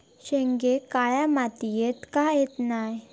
शेंगे काळ्या मातीयेत का येत नाय?